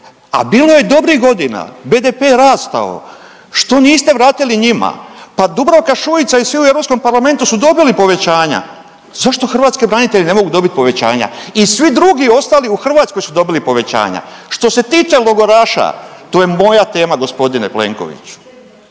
a bilo je dobrih godina, BDP je rastao, što niste vratili njima pa Dubravka Šuica i svi u Europskom parlamentu su dobili povećanja, zašto hrvatski branitelji ne mogu dobiti povećanja? I svi drugi ostali u Hrvatskoj su dobili povećanja. Što se tiče logoraša to je moja tema gospodine Plenkoviću,